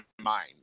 mind